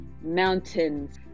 mountains